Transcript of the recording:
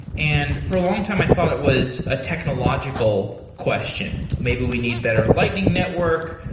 and for a long time i thought it was a technological question. maybe we need better lightning network,